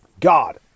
God